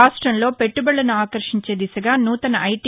రాష్టంలో పెట్లుబదులను ఆకర్షించే దిశగా సూతన ఐటి